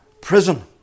Prison